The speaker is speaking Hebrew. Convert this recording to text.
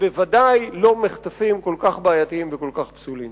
ובוודאי לא מחטפים כל כך בעייתיים וכל כך פסולים.